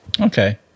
okay